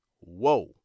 Whoa